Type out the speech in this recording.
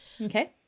Okay